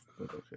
Okay